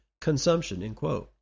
consumption